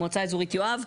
מועצה אזורית יואב.